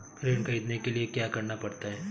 ऋण ख़रीदने के लिए क्या करना पड़ता है?